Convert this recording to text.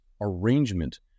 arrangement